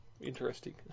Interesting